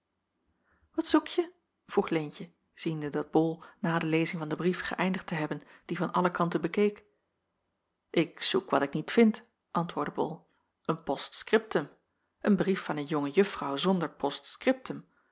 zevenster wat zoekje vroeg leentje ziende dat bol na de lezing van den brief geëindigd te hebben dien van alle kanten bekeek ik zoek wat ik niet vind antwoordde bol een post-scriptum een brief van een jonge juffrouw zonder